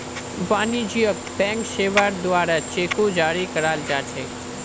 वाणिज्यिक बैंक सेवार द्वारे चेको जारी कराल जा छेक